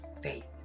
faith